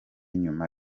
nyuma